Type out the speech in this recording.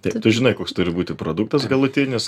taip tu žinai koks turi būti produktas galutinis